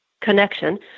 connection